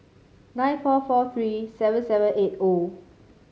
nine four four three seven seven eight O